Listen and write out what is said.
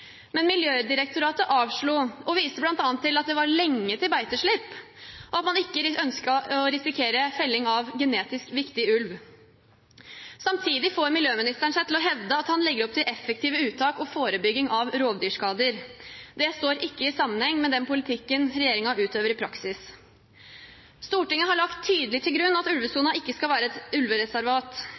men Miljødirektoratet avslo og viste bl.a. til at det var lenge til beiteslipp, og at man ikke ønsket å risikere felling av genetisk viktig ulv. Samtidig får miljøministeren seg til å hevde at han legger opp til effektive uttak og forebygging av rovdyrskader. Det står ikke i samsvar med den politikken regjeringen utøver i praksis. Stortinget har lagt tydelig til grunn at ulvesonen ikke skal være et ulvereservat.